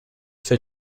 for